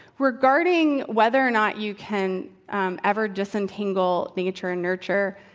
regarding whether or not you can um ever disentangle nature and nurture